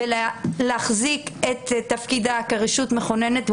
להחזיק את תפקידה כרשות מכוננת,